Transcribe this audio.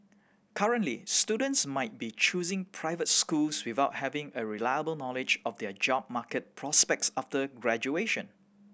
currently students might be choosing private schools without having a reliable knowledge of their job market prospects after graduation